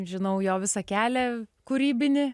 žinau jo visą kelią kūrybinį